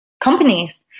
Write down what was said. companies